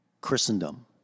Christendom